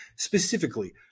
Specifically